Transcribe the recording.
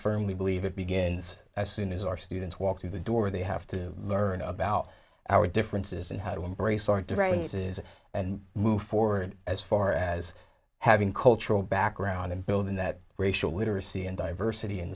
believe it begins as soon as our students walk through the door they have to learn about our differences and how to embrace our differences and move forward as far as having cultural background and building that racial literacy and diversity in